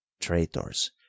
traitors